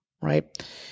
right